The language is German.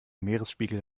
meeresspiegel